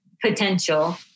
potential